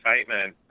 excitement